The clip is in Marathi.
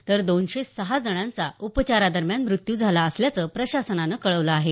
तर दोनशे सहा जणांचा उपचारादरम्यान मृत्यू झाला असल्याचं प्रशासनानं कळवलं आहे